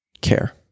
care